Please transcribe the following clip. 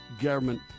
government